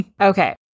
Okay